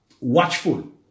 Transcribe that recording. watchful